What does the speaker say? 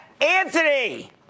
Anthony